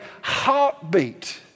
heartbeat